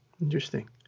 interesting